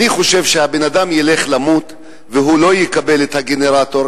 אני חושב שהבן-אדם ילך למות והוא לא יקבל את הגנרטור.